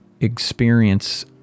experience